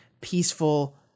peaceful